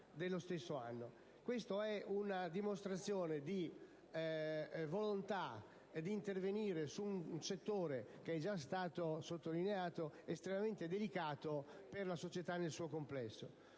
Questa è una dimostrazione della volontà di intervenire su un settore che, come è già stato sottolineato, è estremamente delicato per la società nel suo complesso.